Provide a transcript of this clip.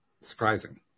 surprising